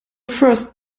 first